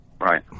Right